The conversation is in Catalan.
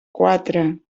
quatre